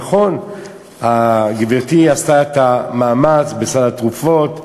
נכון, גברתי עשתה את המאמץ בסל התרופות,